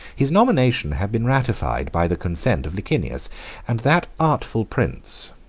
his nomination had been ratified by the consent of licinius and that artful prince,